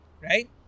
Right